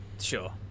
Sure